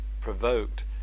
provoked